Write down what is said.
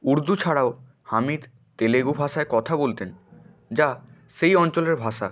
উর্দু ছাড়াও হামিদ তেলেগু ভাষায় কথা বলতেন যা সেই অঞ্চলের ভাষা